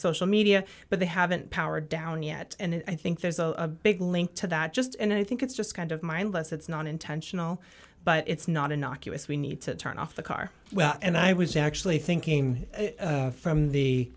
social media but they haven't powered down yet and i think there's a big link to that just and i think it's just kind of mindless it's not intentional but it's not innocuous we need to turn off the car well and i was actually thinking from the